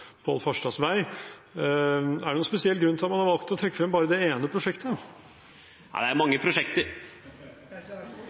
Pål Farstads vei. Er det noen spesiell grunn til at man har valgt å trekke frem bare det ene prosjektet? Det er mange